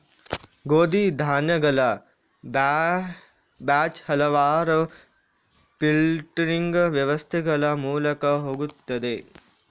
ಗೋಧಿ ಧಾನ್ಯಗಳ ಬ್ಯಾಚ್ ಹಲವಾರು ಫಿಲ್ಟರಿಂಗ್ ವ್ಯವಸ್ಥೆಗಳ ಮೂಲಕ ಹೋಗುತ್ತದೆ